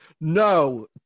no